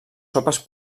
sopes